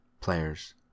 Players